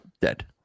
dead